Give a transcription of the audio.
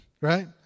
right